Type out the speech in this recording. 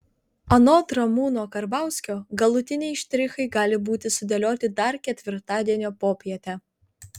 anot ramūno karbauskio galutiniai štrichai gali būti sudėlioti dar ketvirtadienio popietę